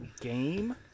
game